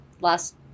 last